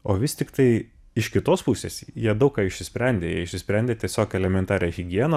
o vis tiktai iš kitos pusės jie daug ką išsisprendė išsisprendė tiesiog elementarią higieną